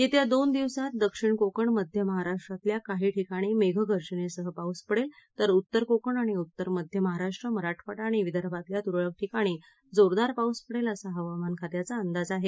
येत्या दोन दिवसात दक्षिण कोकण मध्य महाराष्ट्रातल्या काही ठिकाणी मेघगर्जनेसह पाऊस पडेल तर उत्तर कोकण आणि उत्तर मध्य महाराष्ट्र मराठवाडा आणि विदर्भातल्या तुरळक ठिकाणी जोरदार पाऊस पडेल असा हवामान खात्याचा अंदाज आहे